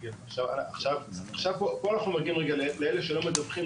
עכשיו פה אנחנו מגיעים לאלה שלא מדווחים.